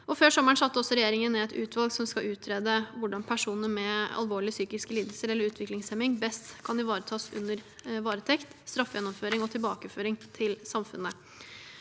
Før sommeren satte regjeringen ned et utvalg som skal utrede hvordan personer med alvorlige psykiske lidelser eller utviklingshemming best kan ivaretas under varetekt, straffegjennomføring og tilbakeføring til samfunnet.